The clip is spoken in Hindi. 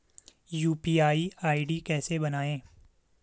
यु.पी.आई आई.डी कैसे बनायें?